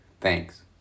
Thanks